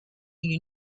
you